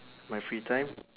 my free time